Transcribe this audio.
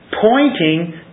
pointing